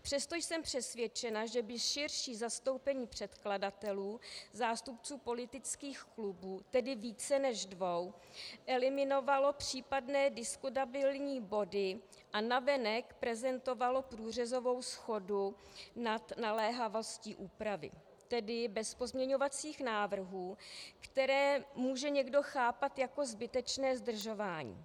Přesto jsem přesvědčena, že by širší zastoupení předkladatelů, zástupců politických klubů, tedy více než dvou, eliminovalo případné diskutabilní body a navenek prezentovalo průřezovou shodu nad naléhavostí úpravy, tedy bez pozměňovacích návrhů, které může někdo chápat jako zbytečné zdržování.